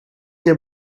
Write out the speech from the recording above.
your